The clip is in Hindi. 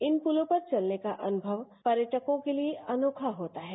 इन पुलों पर चतने का अनुमव पर्यटकों के लिए अनाखा होता है